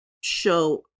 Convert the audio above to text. show